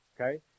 okay